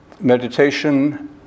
meditation